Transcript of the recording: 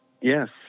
Yes